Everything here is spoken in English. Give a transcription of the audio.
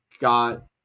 got